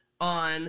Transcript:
on